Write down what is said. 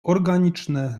organiczne